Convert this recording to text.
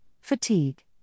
fatigue